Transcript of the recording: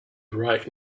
right